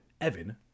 Evan